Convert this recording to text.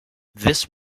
this